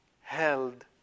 held